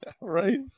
Right